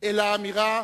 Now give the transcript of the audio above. אל האמירה